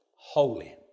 holy